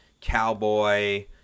cowboy